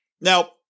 Now